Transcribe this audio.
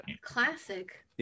classic